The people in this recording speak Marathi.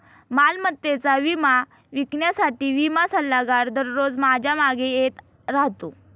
मालमत्तेचा विमा विकण्यासाठी विमा सल्लागार दररोज माझ्या मागे येत राहतो